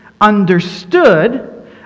understood